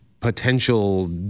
potential